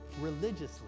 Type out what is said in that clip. religiously